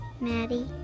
Maddie